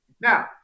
Now